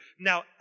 Now